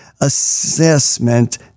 Assessment